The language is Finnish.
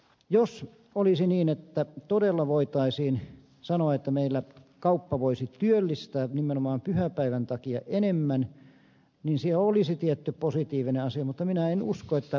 jos olisi niin että todella voitaisiin sanoa että meillä kauppa voisi työllistää nimenomaan pyhäpäivän takia enemmän niin se olisi tietty positiivinen asia mutta minä en usko että tätä tapahtuu